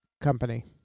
company